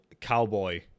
cowboy